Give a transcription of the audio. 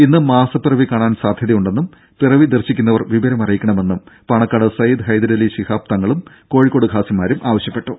ഇന്ന് മാസപ്പിറവി കാണാൻ സാധ്യതയുണ്ടെന്നും പിറവി ദർശിക്കുന്നവർ വിവരമറിയിക്കണമെന്നും പാണക്കാട് സയ്യിദ് ഹൈദരലി ശിഹാബ് തങ്ങളും കോഴിക്കോട് ഖാസിമാരും ആവശ്യപ്പെട്ടു